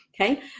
Okay